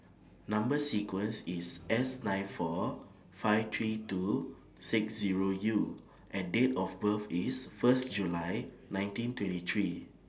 Number sequence IS S nine four five three two six Zero U and Date of birth IS First July nineteen twenty three